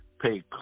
Pay